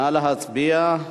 נא להצביע.